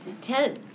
ten